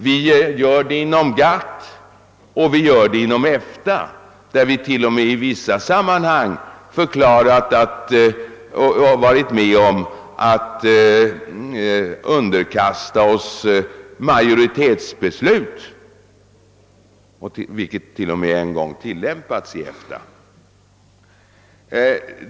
Vi gör det inom GATT, och vi gör det inom EFTA, där vi till och med i vissa sammanhang varit med om att underkasta oss majoritetsbeslut, vilket en gång tillämpats inom EFTA.